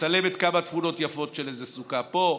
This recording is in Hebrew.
מצלמת כמה תמונות יפות של איזה סוכה פה,